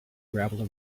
gravel